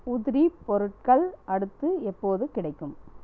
உதிரி பொருட்கள் அடுத்து எப்போது கிடைக்கும்